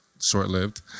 short-lived